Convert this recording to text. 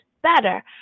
better